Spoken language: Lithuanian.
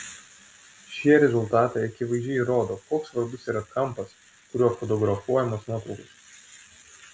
šie rezultatai akivaizdžiai rodo koks svarbus yra kampas kuriuo fotografuojamos nuotraukos